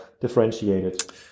differentiated